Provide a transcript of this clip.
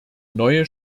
neue